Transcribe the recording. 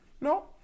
No